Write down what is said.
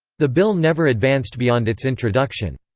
the bill never advanced beyond its introduction.